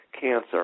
cancer